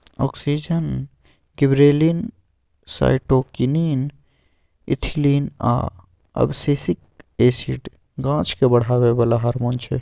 auxin, gibberellin, cytokinin, ethylene आ abscisic acid गाछकेँ बढ़ाबै बला हारमोन छै